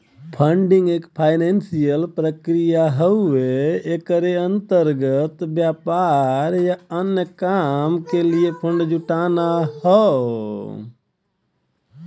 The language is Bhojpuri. फंडिंग एक फाइनेंसियल प्रक्रिया हउवे एकरे अंतर्गत व्यापार या अन्य काम क लिए फण्ड जुटाना हौ